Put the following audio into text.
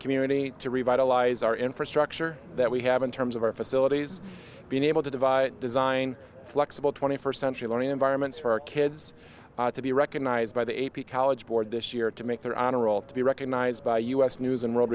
community to revitalize our infrastructure that we have in terms of our facilities being able to devise design flexible twenty first century learning environments for our kids to be recognized by the a p college board this year to make their honor roll to be recognized by us news and world